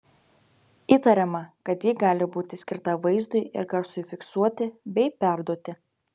įtariama kad ji gali būti skirta vaizdui ir garsui fiksuoti bei perduoti